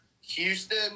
Houston